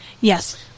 Yes